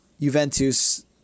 Juventus